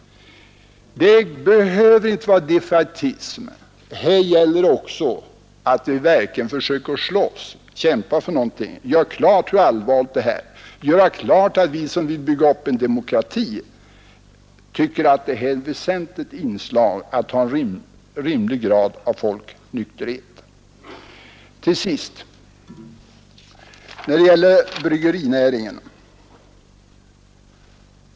Det behöver inte råda någon defaitism; här gäller också att verkligen försöka slåss och kämpa för någonting, göra klart hur allvarligt läget är, göra klart att vi som försöker bygga upp en demokrati tycker att det är ett väsentligt inslag att ha en rimlig grad av folknykterhet. Till sist bryggerinäringen.